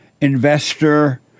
investor